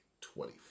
twenty